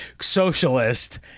Socialist